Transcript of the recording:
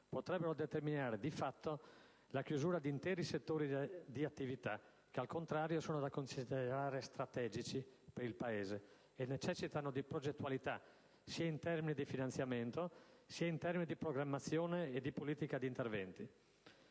potrebbe determinare di fatto la chiusura di interi settori di attività che, al contrario, sono da considerare strategici per il Paese e necessitano di progettualità, sia in termini di finanziamento che di programmazione e di politica di interventi.